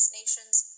nation's